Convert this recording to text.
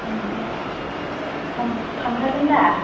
थांखागोन दा